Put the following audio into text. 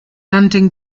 london